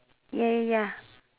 ya ya ya